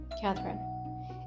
Catherine